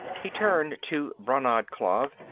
he turned to brannad klav.